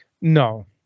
No